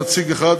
נציג אחד,